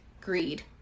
greed